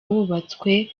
wubatswe